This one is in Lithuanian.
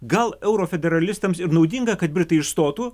gal euro federalistams ir naudinga kad britai išstotų